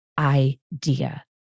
idea